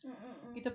mm mm mm